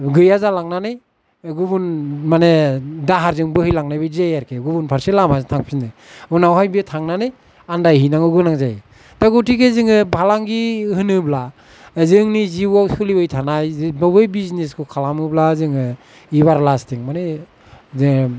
गैया जालांनानै गुबुन माने दाहारजों बोहैलांनाय बायदि जायो आरोखि गुबुन फारसे लामाजों थांफिनो उनावहाय बे थांनानै आन्दायहैनांगौ गोनां जायो दा गतिके जोङो फालांगि होनोब्ला जोंनि जिउआव सोलिबाय थानाय गोबावै बिजनेसखौ खालामोब्ला जोङो इभारलास्तिं माने जे